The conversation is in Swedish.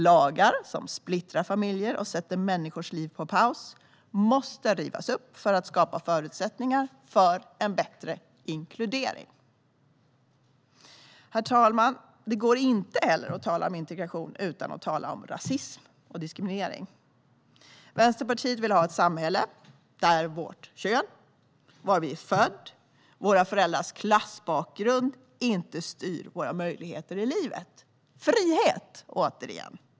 Lagar som splittrar familjer och sätter människors liv på paus måste rivas upp för att skapa förutsättningar för en bättre inkludering. Herr talman! Det går inte att tala om integration utan att tala om rasism och diskriminering. Vänsterpartiet vill ha ett samhälle där vårt kön, var vi är födda och våra föräldrars klassbakgrund inte styr våra möjligheter i livet - frihet, återigen!